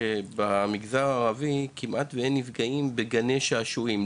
שבמגזר הערבי כמעט ואין נפגעים בגני שעשועים,